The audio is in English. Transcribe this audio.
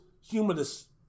humanist